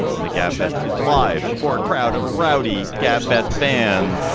and the gabfest is live. before a crowd of rowdy gab fest fans.